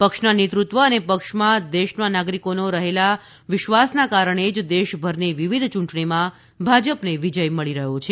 પક્ષના નેતૃત્વ અને પક્ષમાં દેશના નાગરિકોનો રહેલા વિશ્વાસના કારણે જ દેશભરની વિવિધ યૂંટણીમાં ભાજપને વિજય મળી રહ્યો છે